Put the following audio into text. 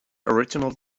original